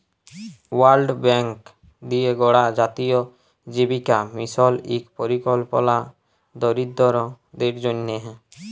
world Bank দিঁয়ে গড়া জাতীয় জীবিকা মিশল ইক পরিকল্পলা দরিদ্দরদের জ্যনহে